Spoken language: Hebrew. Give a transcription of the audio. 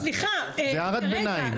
זו הערת ביניים.